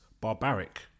barbaric